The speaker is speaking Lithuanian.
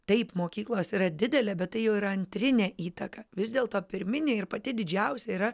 taip mokyklos yra didelė bet tai jau yra antrinė įtaka vis dėlto pirminė ir pati didžiausia yra